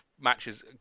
matches